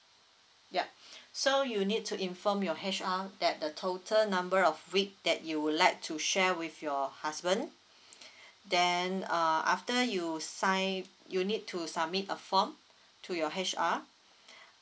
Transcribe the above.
yup so you need to inform your H_R that the total number of week that you would like to share with your husband then uh after you sign you need to submit a form to your H_R